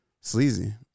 sleazy